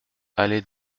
allée